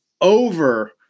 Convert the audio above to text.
over